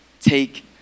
Take